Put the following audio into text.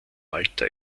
malta